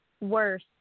worse